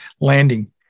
landing